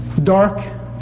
Dark